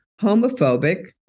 homophobic